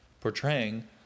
portraying